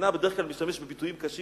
נמנע מלהשתמש בביטויים קשים